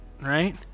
right